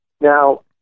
Now